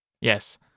Yes